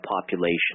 population